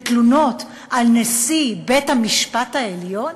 בתלונות על נשיא בית-המשפט העליון?